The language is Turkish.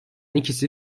ikisi